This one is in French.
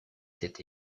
cet